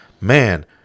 Man